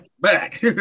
back